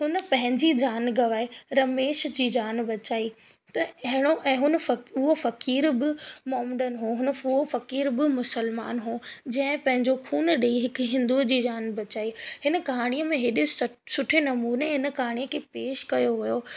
हुन पंहिंजी जान गवाए रमेश जी जान बचाई त अहिड़ो ऐं हुन फकी उहो फ़क़ीर बि मोमडन हुओ उन उहो फ़क़ीर बि मुस्लमान हुओ जंहिं पंहिंजो ख़ून ॾेई हिकु हिंदुअ जी जान बचाई हिन कहाणीअ में हेॾे सुठे नमूने इन कहाणीअ खे पेश कयो वियो